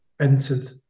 entered